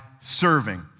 serving